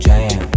Jam